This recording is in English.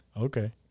okay